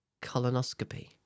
colonoscopy